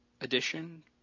edition